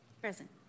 Present